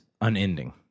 unending